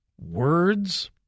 Words